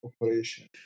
operation